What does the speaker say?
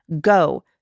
go